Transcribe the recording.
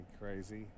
crazy